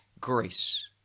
grace